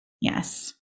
Yes